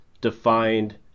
defined